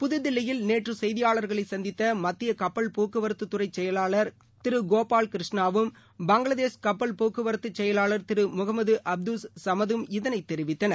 புதுதில்லியில நேற்றுசெய்தியாளா்களைசந்தித்தமத்தியகப்பல் போக்குவரத்துத் துறைசெயலாளர் திருகோபால் கிருஷ்ணாவும் பங்களாதேஷ் கப்பல் போக்குவரத்துசெயலாளா் திருமுகமதுஅப்துல் சுமதும் இதனைத் தெரிவித்தனர்